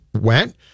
went